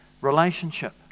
relationship